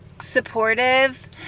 supportive